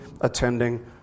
attending